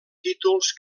títols